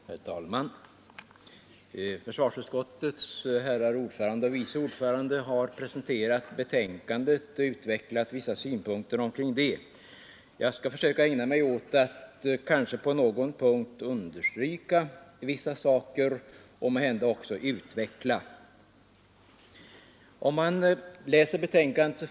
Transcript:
Herr talman! Försvarsutskottets ordförande och vice ordförande har presenterat betänkandet och utvecklat vissa synpunkter omkring det. Jag skall understryka vissa saker och måhända också utveckla en del av synpunkterna.